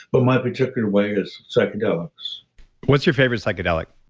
but my particular way is psychedelics what's your favorite psychedelic?